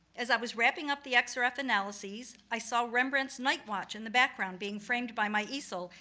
as i was wrapping up the xrf analyses, i saw rembrandt's night watch in the background being framed by my easel,